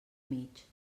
mig